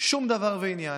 שום דבר ועניין.